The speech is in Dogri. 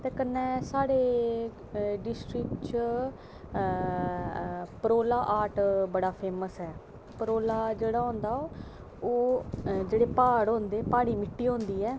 ते कन्नै साढ़े डिस्ट्रिक्ट च परोला ऑर्ट बड़ा फेमस ऐ परोला जेह्ड़ा होंदा ओह् जेह्ड़े प्हाड़ होंदे प्हाड़ी मिट्टी होंदी ऐ